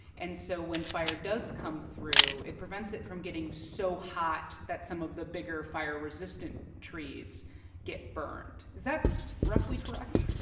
and so when fire does come through, it prevents it from getting so hot that some of the bigger fire-resistant trees get burned. is that roughly correct?